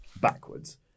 backwards